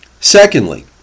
secondly